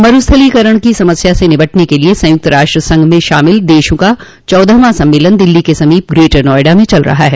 मरुस्थलीकरण की समस्या से निपटने के लिए संयुक्त राष्ट्र संघ में शामिल देशों का चौदहवां सम्मेलन दिल्ली के समीप ग्रेटर नोएडा में चल रहा है